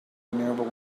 renewable